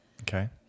Okay